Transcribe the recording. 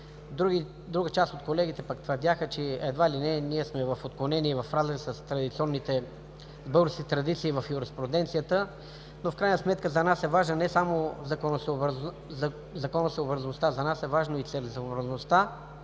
Друга част от колегите пък твърдяха, че едва ли не ние сме в отклонение и в разрез с българските традиции в юриспруденцията, но в крайна сметка за нас е важна не само законосъобразността, за нас е важна и целесъобразността,